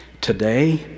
Today